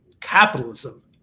capitalism